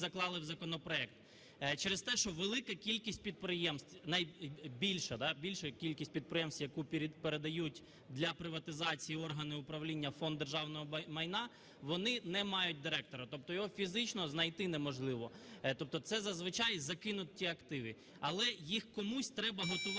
ми заклали в законопроект. Через те, що велика кількість підприємств, навіть більша кількість підприємств, яку передають для приватизації органи управління в Фонд державного майна, вони не мають директора, тобто його фізично знайти неможливо, тобто це зазвичай закинуті активи. Але їх комусь треба готувати